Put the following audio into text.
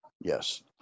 Yes